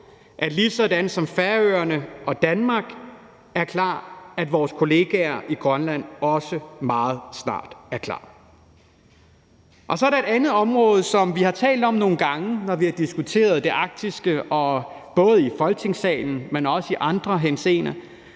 ligesom Færøerne og Danmark er klar, at vores kolleger i Grønland også meget snart er klar. Kl. 13:55 Så er der et andet område, som vi har talt om nogle gange, når vi har diskuteret det arktiske, både i Folketingssalen, men også i andre henseender,